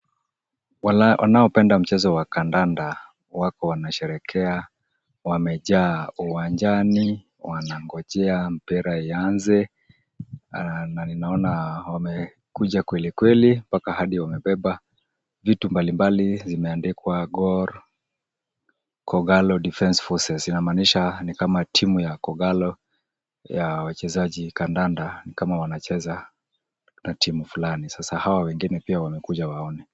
Wanaopenda mchezo wa kandanda wako wanasherekea. Wamejaa uwanjani wanangojea mpira ianze, na ninaona wamekuja kweli kweli mpaka hadi wamebeba vitu mbalimbali zimeandikwa Gor Kogalo Defense Forces, inamaanisha ni kama timu ya Kogalo ya wachezaji Kandanda, ni kama wanacheza na timu fulani. Sasa hawa wengine wamekuja waone.